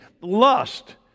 Lust